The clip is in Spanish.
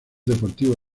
deportivo